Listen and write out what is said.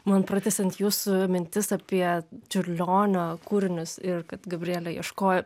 man pratęsiant jūsų mintis apie čiurlionio kūrinius ir kad gabrielė ieškojo